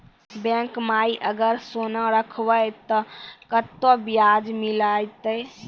Bank माई अगर सोना राखबै ते कतो ब्याज मिलाते?